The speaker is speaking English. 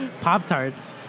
Pop-Tarts